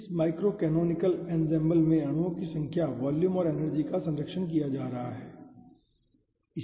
इस micro canonical ensemble में अणुओं की संख्या वॉल्यूम और एनर्जी का संरक्षण किया जा रहा है ठीक है